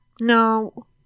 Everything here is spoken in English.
No